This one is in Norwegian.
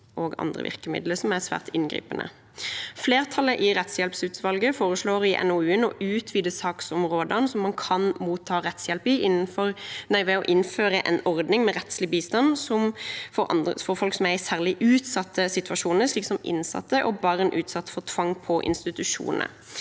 og andre virkemidler som er svært inngripende. Flertallet i rettshjelpsutvalget foreslår i NOU-en å utvide saksområdene som man kan motta rettshjelp i, ved å innføre en ordning med rettslig bistand for folk som er i særlig utsatte situasjoner, slik som innsatte og barn utsatt for tvang på institusjoner.